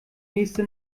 nächste